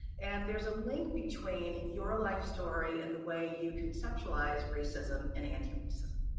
and there's a link between your life story and the way you conceptualize racism and anti-racism.